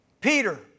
Peter